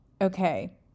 Okay